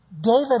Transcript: David